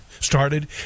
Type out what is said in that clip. started